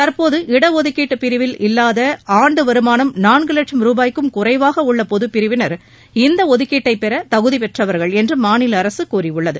தற்போது இடஒதுக்கீட்டு பிரிவில் இல்லாத ஆண்டு வருமானம் நான்கு லட்சம் ரூபாய்க்கும் குறைவாக உள்ள பொதுப்பிரிவினர் இந்த ஒதுக்கீட்டை பெற தகுதி பெற்றவர்கள் என்று மாநில அரசு கூறியுள்ளது